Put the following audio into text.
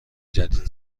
جدید